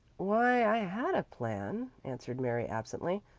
why, i had a plan, answered mary absently,